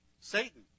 Satan